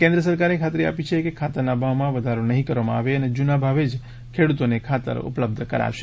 કેન્દ્ર સરકારે ખાતરી આપી છે કે ખાતરના ભાવમાં વધારો નહીં કરવામાં આવે અને જૂના ભાવે જ ખેડૂતોને ખાતર ઉપલબ્ધ કરાશે